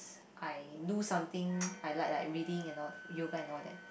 I do something I like like reading and all yoga and all that